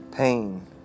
Pain